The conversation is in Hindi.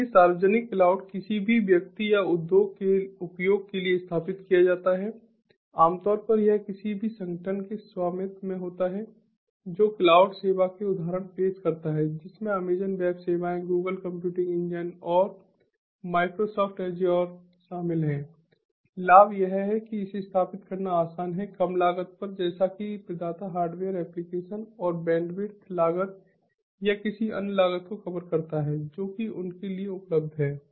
इसलिए सार्वजनिक क्लाउड किसी भी व्यक्ति या उद्योग के उपयोग के लिए स्थापित किया जाता है आमतौर पर यह किसी भी संगठन के स्वामित्व में होता है जो क्लाउड सेवा के उदाहरण पेश करता है जिसमें अमेज़ॅन वेब सेवाएँ गूगल कंप्यूट इंजन और माइक्रोसॉफ्टअजुओर शामिल हैं लाभ यह है कि इसे स्थापित करना आसान है कम लागत पर जैसा कि प्रदाता हार्डवेयर एप्लिकेशन और बैंडविड्थ लागत या किसी अन्य लागत को कवर करता है जो कि उनके लिए उपलब्ध है